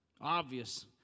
Obvious